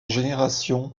génération